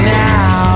now